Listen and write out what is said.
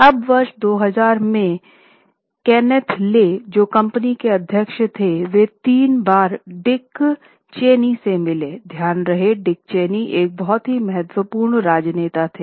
अब वर्ष 2000 में केनेथ ले एक बहुत ही महत्वपूर्ण राजनेता थे